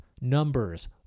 numbers